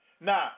Now